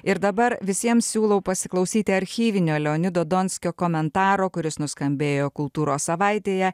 ir dabar visiems siūlau pasiklausyti archyvinio leonido donskio komentaro kuris nuskambėjo kultūros savaitėje